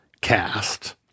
cast